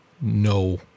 no